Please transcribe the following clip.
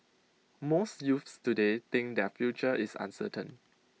most youths today think their future is uncertain